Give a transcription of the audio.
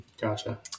Gotcha